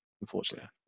unfortunately